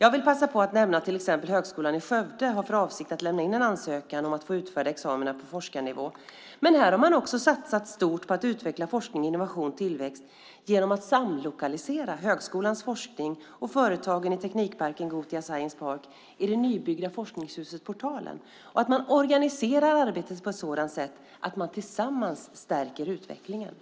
Jag vill passa på att nämna att till exempel Högskolan i Skövde har för avsikt att lämna in en ansökan om att få utfärda examina på forskarnivå. Här har man satsat stort på att utveckla forskning, innovation och tillväxt genom att samlokalisera högskolans forskning och företagen i teknikparken Gothia Science Park i det nybyggda forskningshuset Portalen. Man organiserar arbetet på ett sådant sätt att man tillsammans stärker utvecklingen.